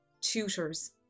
tutors